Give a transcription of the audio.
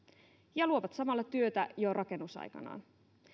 ja luovat samalla työtä jo rakennusaikanaan